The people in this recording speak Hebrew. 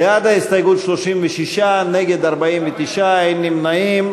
בעד ההסתייגות, 36, נגד, 49, אין נמנעים.